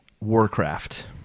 Warcraft